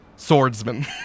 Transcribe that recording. Swordsman